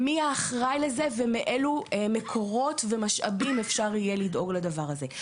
מי האחראי לזה ומאילו מקורות ומשאבים אפשר יהיה לדאוג לדבר הזה?